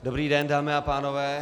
Dobrý den, dámy a pánové.